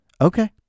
Okay